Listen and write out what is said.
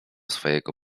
swojego